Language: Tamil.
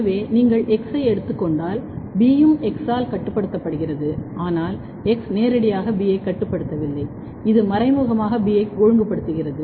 எனவே நீங்கள் X ஐ எடுத்துக் கொண்டால் B யும் X ஆல் கட்டுப்படுத்தப்படுகிறது ஆனால் X நேரடியாக B ஐ கட்டுப்படுத்தப்படவில்லை இது மறைமுகமாக B ஐ ஒழுங்குபடுத்துகிறது